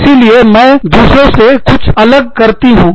इसीलिए मैं दूसरों से कुछ अलग करती हूँ